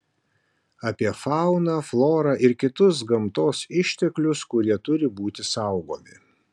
apie fauną florą ir kitus gamtos išteklius kurie turi būti saugomi